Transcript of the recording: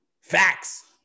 Facts